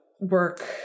work